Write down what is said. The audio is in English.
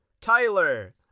Tyler